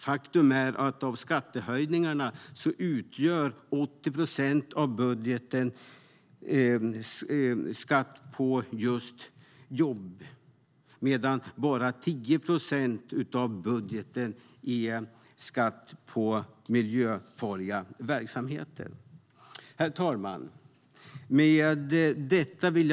Faktum är att 80 procent av skattehöjningarna i budgeten är skatt på jobb medan endast 10 procent är skatt på miljöfarliga verksamheter. Herr talman!